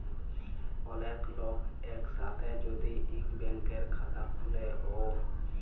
ওলেক লক এক সাথে যদি ইক ব্যাংকের খাতা খুলে ও